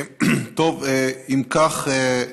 אם כך,